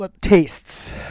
tastes